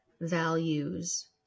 values